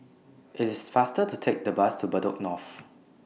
IT IS faster to Take The Bus to Bedok North